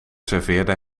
serveerde